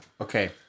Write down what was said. Okay